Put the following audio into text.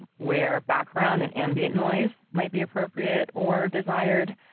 where background and ambient noise might be appropriate or desired.